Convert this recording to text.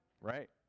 Right